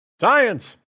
Science